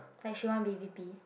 like should one be V_P